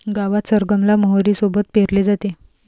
गावात सरगम ला मोहरी सोबत पेरले जाते